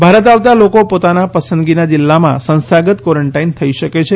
ભારત આવતા લોકો પોતાના પસંદગીના જિલ્લામાં સંસ્થાગત કવોરન્ટાઇન થઇ શકે છે